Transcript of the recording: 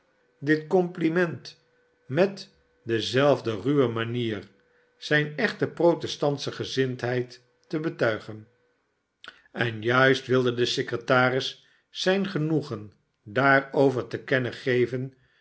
dit compliment met op dezelfde ruwe manier zijne echt protestantsche gezindheid te betuigen en juist wilde de secretaris zijn genoegen daarover te kennen geven